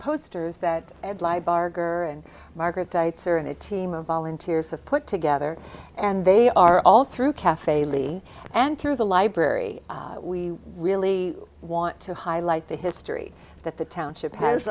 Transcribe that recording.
posters that margaret tights are in a team of volunteers have put together and they are all through cafe lee and through the library we really want to highlight the history that the township has